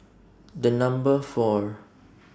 The Number four